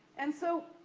and, so,